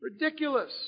ridiculous